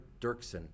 Dirksen